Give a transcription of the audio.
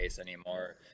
anymore